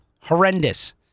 Horrendous